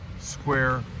Square